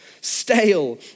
stale